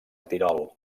tirol